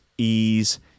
ease